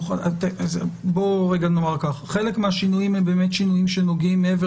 חלק מהשינויים באמת שינויים שנוגעים מעבר